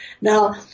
Now